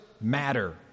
matter